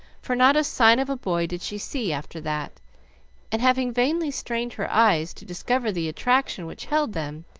for not a sign of a boy did she see after that and, having vainly strained her eyes to discover the attraction which held them,